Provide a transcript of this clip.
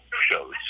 shows